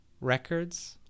Records